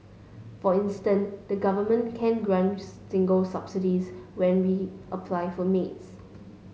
for instance the Government can grant single subsidies when we apply for maids